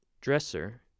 dresser